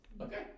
okay